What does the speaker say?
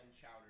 chowder